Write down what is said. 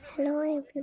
Hello